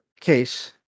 case